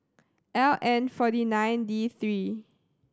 L N forty nine D three